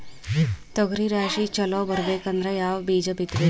ತೊಗರಿ ರಾಶಿ ಚಲೋ ಬರಬೇಕಂದ್ರ ಯಾವ ಬೀಜ ಬಿತ್ತಬೇಕು?